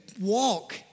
walk